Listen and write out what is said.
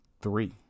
three